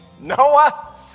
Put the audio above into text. Noah